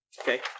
Okay